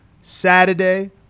Saturday